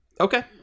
Okay